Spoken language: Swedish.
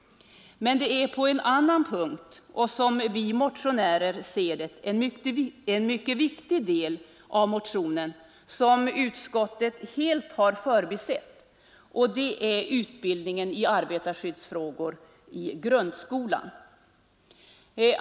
Men en annan, och som vi motionärer ser det, mycket viktig punkt i motionen har utskottet helt förbisett, nämligen utbildningen i arbetarskyddsfrågor i grundskolan.